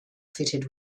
fitted